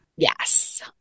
Yes